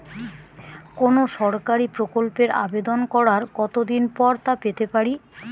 কোনো সরকারি প্রকল্পের আবেদন করার কত দিন পর তা পেতে পারি?